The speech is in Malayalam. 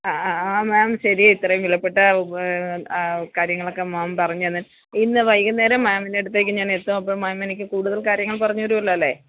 അ അ ആ മേം ശരി ഇത്രയും വിലപ്പെട്ടാ കാര്യങ്ങളൊക്കെ മേം പറഞ്ഞ് തന്ന് ഇന്ന് വൈകുന്നേരം മേമിന്റട്ത്തേക്ക് ഞാനെത്തും അപ്പോള് മേം എനിക്ക് കൂടുതൽ കാര്യങ്ങൾ പറഞ്ഞുതരുമല്ലോ അല്ലേ